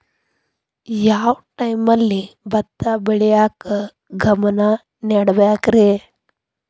ಯಾವ್ ಟೈಮಲ್ಲಿ ಭತ್ತ ಬೆಳಿಯಾಕ ಗಮನ ನೇಡಬೇಕ್ರೇ?